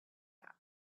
that